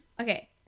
Okay